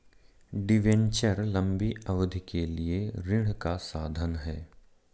debenture लंबी अवधि के लिए ऋण का साधन है